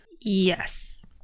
yes